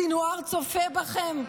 סנוואר צופה בכם.